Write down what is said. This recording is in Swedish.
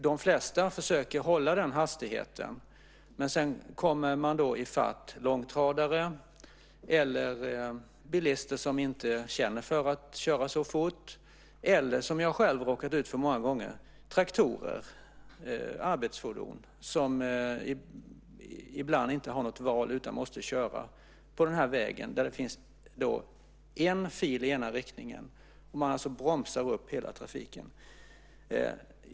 De flesta försöker hålla den hastigheten, men sedan kör man ifatt långtradare, bilister som inte känner för att köra så fort eller - vilket jag själv råkat ut för många gånger - traktorer och andra arbetsfordon. Ibland har dessa inte något val utan måste köra på en väg där det bara finns en fil i den ena riktningen. På så sätt bromsar de alltså upp all trafik.